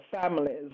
families